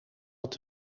wat